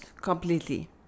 Completely